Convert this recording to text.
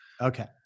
Okay